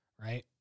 right